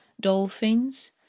dolphins